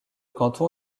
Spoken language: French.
canton